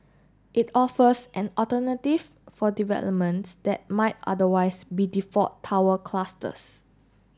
it offers an alternative for developments that might otherwise be default tower clusters